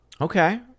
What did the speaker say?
Okay